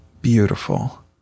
beautiful